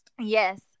Yes